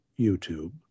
YouTube